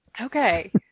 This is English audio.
Okay